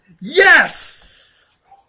Yes